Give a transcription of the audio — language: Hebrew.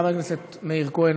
חבר הכנסת מאיר כהן.